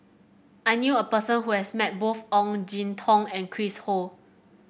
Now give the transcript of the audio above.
I knew a person who has met both Ong Jin Teong and Chris Ho